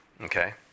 okay